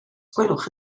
gwelwch